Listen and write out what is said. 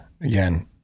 Again